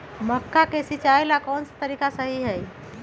मक्का के सिचाई ला कौन सा तरीका सही है?